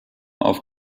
auf